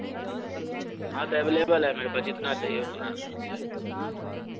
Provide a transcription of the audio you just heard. हाँ तो अवेलेबल है मेरे पास जितना चाहिए उतना है